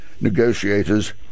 negotiators